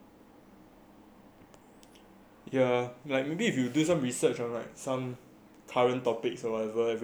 yeah like maybe if we'll do some research on like some current topics or whatever every week